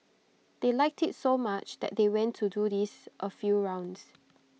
they liked IT so much that they went to do this A few rounds